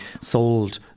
sold